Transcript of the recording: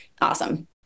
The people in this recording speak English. awesome